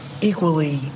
equally